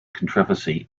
controversy